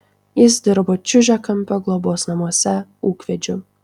jis dirbo čiužiakampio globos namuose ūkvedžiu